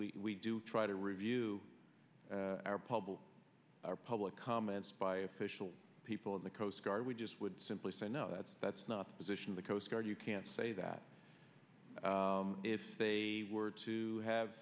n we do try to review our public public comments by official people in the coast guard we just would simply say no that's that's not the position of the coast guard you can't say that if they were to have